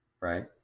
right